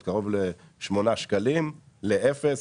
לאפס.